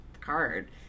card